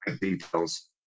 details